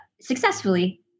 successfully